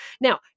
Now